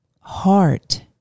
heart